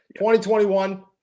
2021